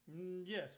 Yes